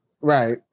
Right